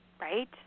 right